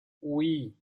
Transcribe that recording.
oui